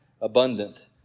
Abundant